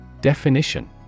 Definition